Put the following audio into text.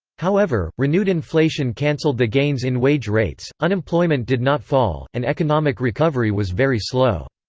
however, renewed inflation canceled the gains in wage rates, unemployment did not fall, and economic recovery was very slow.